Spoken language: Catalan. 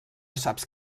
saps